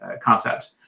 concept